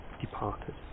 departed